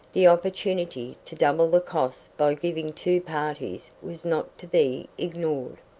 the opportunity to double the cost by giving two parties was not to be ignored.